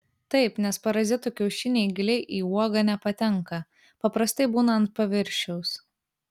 taip nes parazitų kiaušiniai giliai į uogą nepatenka paprastai būna ant paviršiaus